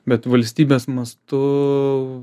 bet valstybės mastu